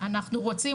אנחנו רוצים